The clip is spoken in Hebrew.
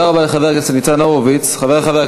הלוואי